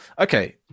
okay